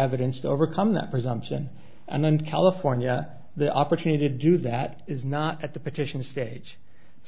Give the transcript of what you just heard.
evidence to overcome that presumption and then california the opportunity to do that is not at the petition stage